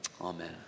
Amen